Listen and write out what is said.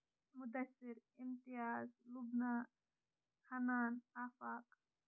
Mudassir Imtiaz Lubna Hanan Afaq